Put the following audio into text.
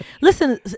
listen